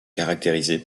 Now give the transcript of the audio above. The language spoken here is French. caractérisé